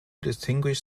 distinguish